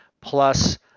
plus